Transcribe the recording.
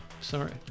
Sorry